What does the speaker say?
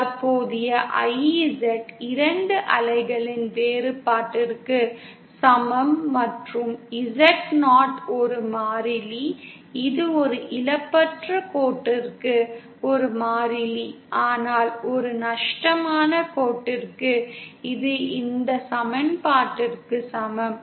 தற்போதைய IZ 2 அலைகளின் வேறுபாட்டிற்கு சமம் மற்றும் Zo ஒரு மாறிலி இது ஒரு இழப்பற்ற கோட்டிற்கு ஒரு மாறிலி ஆனால் ஒரு நஷ்டமான கோட்டிற்கு இது இந்த சமன்பாட்டிற்கு சமம்